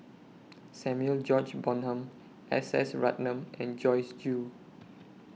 Samuel George Bonham S S Ratnam and Joyce Jue